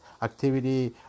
Activity